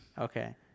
Okay